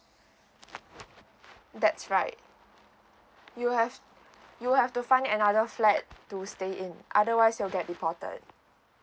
that's right you have you have to find another flat to stay in otherwise you'll get deported